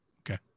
Okay